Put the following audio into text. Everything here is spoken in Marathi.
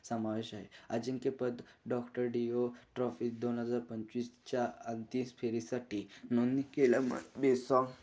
समावेश आहे अजिंक्यपद डॉक्टर ओ ट्रॉफी दोन हजार पंचवीसच्या अंतिस फेरीसाठी नोंदणी केल्यामुळे बेसांग